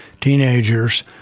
teenagers